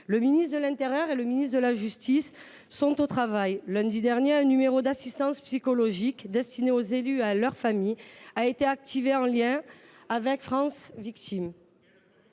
le ministre de l’intérieur et M. le garde des sceaux sont au travail. Lundi dernier, un numéro d’assistance psychologique destiné aux élus et à leur famille a été activé, en lien avec France victimes.